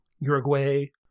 uruguay